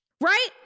right